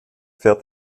fährt